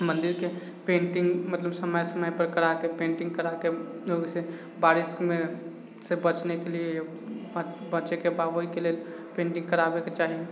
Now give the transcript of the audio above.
मन्दिरके पेटिङ्ग मतलब समय समयपर कराके पेटिङ्ग कराके ओहिसँ बारिशमे बचनेके लिए बचैके बा ओहिके लेल पेटिङ्ग करैबेके चाही